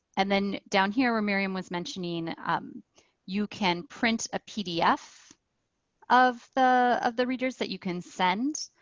and then down here where miriam was mentioning you can print a pdf of the of the readers that you can send.